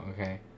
okay